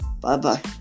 Bye-bye